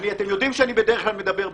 אתם יודעים שבדרך כלל אני מדבר בשקט.